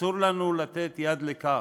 אסור לנו לתת יד לכך.